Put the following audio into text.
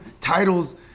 titles